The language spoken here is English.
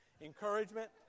encouragement